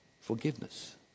forgiveness